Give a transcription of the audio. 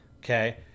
Okay